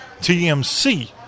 TMC